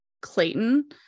Clayton